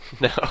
No